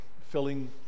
filling